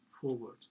forward